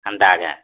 ହେନ୍ତା କାଏଁ